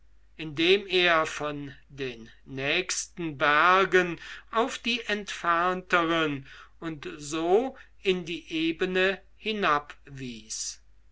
indem er von den nächsten bergen auf die entfernteren und so in die ebene